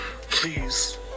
Please